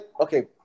Okay